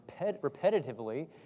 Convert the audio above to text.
repetitively